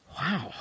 wow